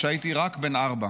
כשהייתי רק בן ארבע.